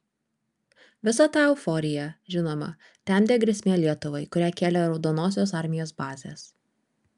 visą tą euforiją žinoma temdė grėsmė lietuvai kurią kėlė raudonosios armijos bazės